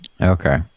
okay